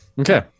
Okay